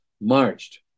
marched